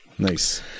Nice